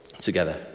together